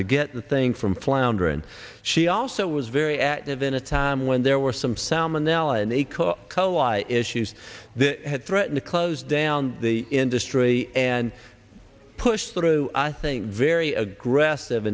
to get the thing from floundering she also was very active in a time when there were some salmonella and they caught cold issues they had threaten to close down the industry and push through i think very aggressive